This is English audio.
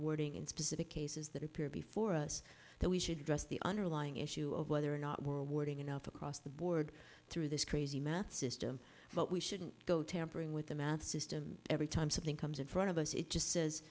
wording in specific cases that appear before us that we should address the underlying issue of whether or not we're warding enough across the board through this crazy math system but we shouldn't go tampering with the math system every time something comes in front of us it just says